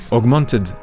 Augmented